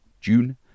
June